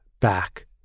back